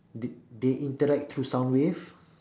the~ they interact through sound wave